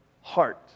heart